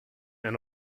and